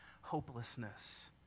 hopelessness